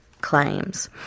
claims